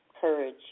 courage